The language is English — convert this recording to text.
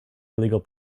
illegal